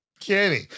Kenny